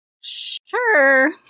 Sure